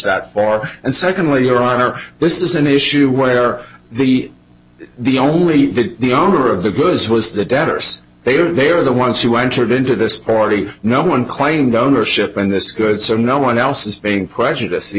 that far and secondly your honor this is an issue where the the only the owner of the goods was the debtors they are they are the ones who entered into this party no one claimed ownership and this good so no one else is being prejudiced the